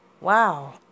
Wow